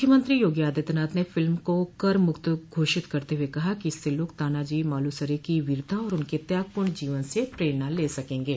मुख्यमंत्री योगी आदित्यनाथ ने फिल्म को कर मुक्त घोषित करते हुए कहा कि इससे लोग तानाजी मालुसरे की वीरता और उनके त्यागपूर्ण जीवन से प्रेरणा ले सकेंगे